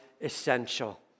essential